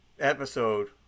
episode